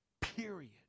period